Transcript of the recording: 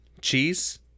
cheese